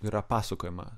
yra pasakojama